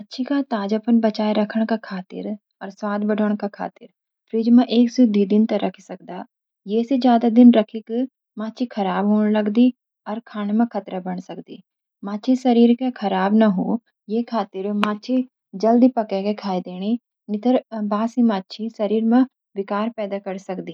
माछी का ताजापन बचाए राखण का खातिर औ स्वाद बढाण का खातिर, फ़्रिज मां एक एक सी द्वई दिन तक रखी सकदा। येसी ज्यादा दिन रक्खी क माछी खराब औन लगदी अर खाने म खतरा बण सकदी। मच्छी शरीर कैं खराब न हो, ये खातिर माछी जल्दी पके कै खाई देनी नितर बासी मच्छी शरीर मां विकार पैदा कर सकदी।